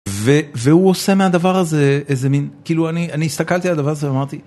ו... והוא עושה מהדבר הזה איזה מין... כאילו, אני, אני הסתכלתי על הדבר הזה ואמרתי...